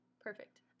perfect